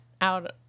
out